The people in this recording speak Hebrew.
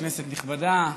כנסת נכבדה,